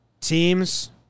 teams